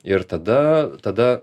ir tada tada